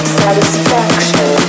satisfaction